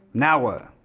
now what?